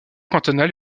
cantonal